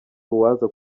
uwaza